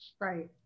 Right